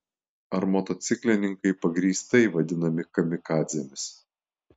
ar motociklininkai pagrįstai vadinami kamikadzėmis